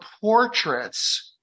portraits